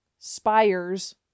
spires